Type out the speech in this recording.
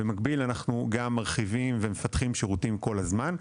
במקביל אנחנו גם מרחיבים ומפתחים שירותים כל הזמן.